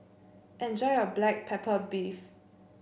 enjoy your Black Pepper Beef